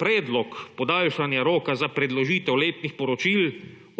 predlog podaljšanja roka za predložitev letnih poročil